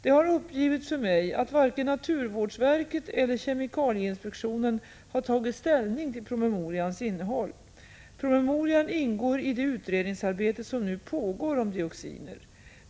Det har uppgivits för mig att varken naturvårdsverket eller kemikalieinspektionen har tagit ställning till promemorians innehåll. Promemorian ingår i det utredningsarbete som nu pågår om dioxiner.